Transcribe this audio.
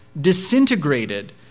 disintegrated